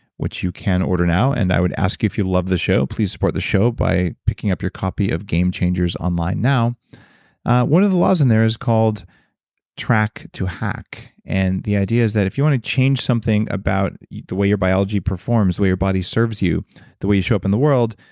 which you can order now. and i would ask you, if you love the show, please support the show by picking up your copy of game changers online, now one of the laws in there is called track to hack, and the idea is that if you want to change something about the way your biology performs, the way your body serves you the way you show up in the world,